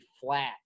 flat